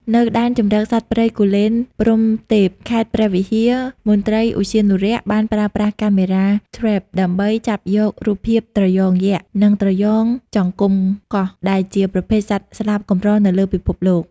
នៅ ដែនជម្រកសត្វព្រៃគូលែនព្រហ្មទេព ខេត្តព្រះវិហារ មន្ត្រីឧទ្យានុរក្សបានប្រើប្រាស់ Camera Trap ដើម្បីចាប់យករូបភាពត្រយ៉ងយក្ស និងត្រយ៉ងចង្កំកស ដែលជាប្រភេទសត្វស្លាបកម្រនៅលើពិភពលោក។